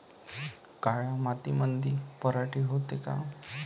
काळ्या मातीमंदी पराटी होते का?